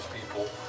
people